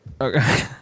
Okay